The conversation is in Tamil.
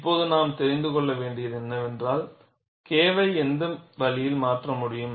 இப்போது நாம் தெரிந்து கொள்ள வேண்டியது என்னவென்றால் K வை எந்த வழியில் மாற்ற முடியும்